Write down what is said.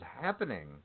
happening